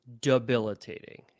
debilitating